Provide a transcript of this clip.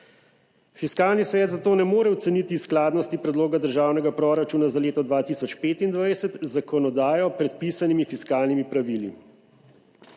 Fiskalni svet zato ne more oceniti skladnosti Predloga državnega proračuna za leto 2025 z zakonodajo predpisanimi fiskalnimi pravili.